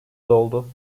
doldu